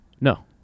No